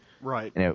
Right